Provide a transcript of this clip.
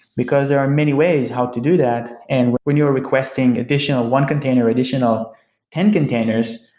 because there are many ways how to do that. and when you're requesting additional one container, additional ten containers,